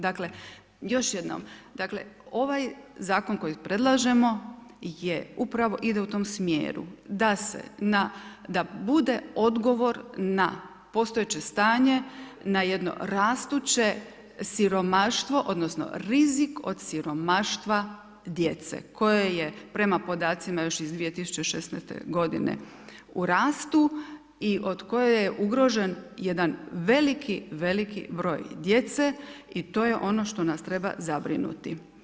Dakle, još jednom, dakle, ovaj zakon koji predlažemo ide upravo u tom smjeru, da se na, da bude odgovor na postojeće stanje, na jedno rastuće siromaštvo, odnosno, rizik od siromaštva djece, koje je, prema, podacima još iz 2016. g. u rastu i od koje je ugrožen jedan veliki broj djece i to je ono što nas treba zabrinuti.